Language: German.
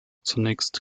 zunächst